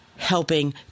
helping